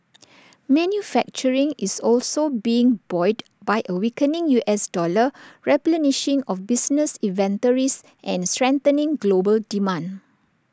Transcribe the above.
manufacturing is also being buoyed by A weakening U S dollar replenishing of business inventories and strengthening global demand